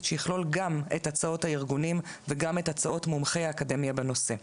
שיכלול גם את הצעות הארגונים וגם את הצעות מומחי האקדמיה בנושא.